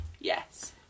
Yes